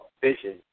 vision